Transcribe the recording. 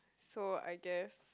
so I guess